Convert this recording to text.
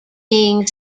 being